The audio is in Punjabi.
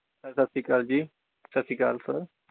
ਸਰ ਸਤਿ ਸ਼੍ਰੀ ਅਕਾਲ ਜੀ ਸਤਿ ਸ਼੍ਰੀ ਅਕਾਲ ਸਰ